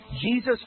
Jesus